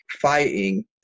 fighting